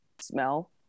smell